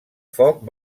foc